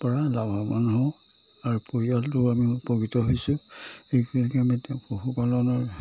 পৰা লাভৱান হওঁ আৰু পৰিয়ালটো আমি উপকৃত হৈছোঁ গতিকে আমি তেওঁ পশুপালনৰ